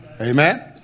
Amen